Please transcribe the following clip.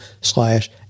slash